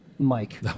Mike